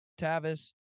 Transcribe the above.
tavis